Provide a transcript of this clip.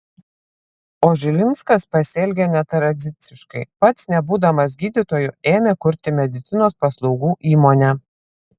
o žilinskas pasielgė netradiciškai pats nebūdamas gydytoju ėmė kurti medicinos paslaugų įmonę